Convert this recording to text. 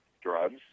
drugs